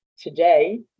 today